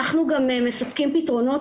אנחנו בעצמנו גם מספקים פתרונות.